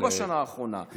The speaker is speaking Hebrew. לא בשנה האחרונה.